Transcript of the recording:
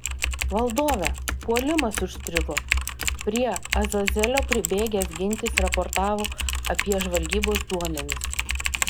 valdove puolimas užstrigo prie azazelio pribėgęs gintis raportavo apie žvalgybos duomenis